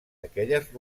aquelles